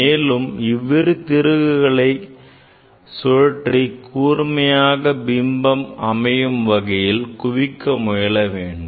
மேலும் இவ்விரு திருகுகளை சுழற்றி கூர்மையாக பிம்பம் அமையும் வகையில் குவிக்க முயல வேண்டும்